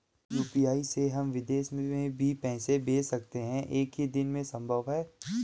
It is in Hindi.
यु.पी.आई से हम विदेश में भी पैसे भेज सकते हैं एक ही दिन में संभव है?